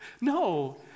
No